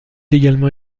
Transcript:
également